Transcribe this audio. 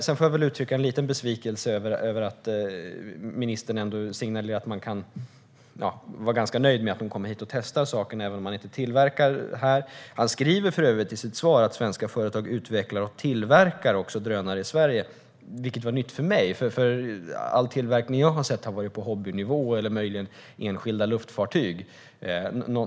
Sedan vill jag uttrycka en liten besvikelse över att ministern signalerar att vi kan vara ganska nöjda med att man kommer hit och testar saker även om man inte tillverkar dem här. I sitt svar säger ministern för övrigt att svenska företag utvecklar och tillverkar drönare också i Sverige, vilket är nytt för mig. All tillverkning som jag har sett har varit på hobbynivå eller möjligen enskilda luftfartyg.